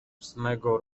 ósmego